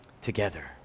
together